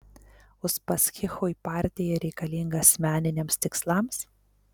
uspaskichui partija reikalinga asmeniniams tikslams